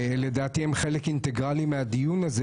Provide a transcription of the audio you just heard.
לדעתי הם חלק אינטגרלי מהדיון הזה.